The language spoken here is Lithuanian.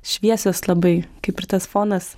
šviesios labai kaip ir tas fonas